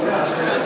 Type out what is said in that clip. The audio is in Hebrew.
ציון תאריך עברי